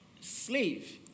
slave